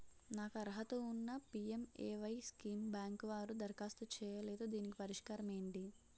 నాకు అర్హత ఉన్నా పి.ఎం.ఎ.వై స్కీమ్ బ్యాంకు వారు దరఖాస్తు చేయలేదు దీనికి పరిష్కారం ఏమిటి?